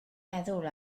meddwl